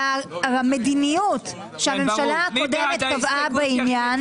המדיניות שהממשלה הקודמת קבעה בעניין --- ברור.